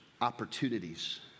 opportunities